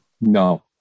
No